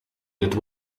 that